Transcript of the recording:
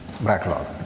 backlog